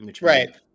Right